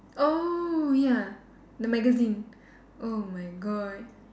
oh ya the magazine oh my god